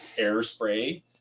airspray